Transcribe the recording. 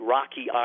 Rocky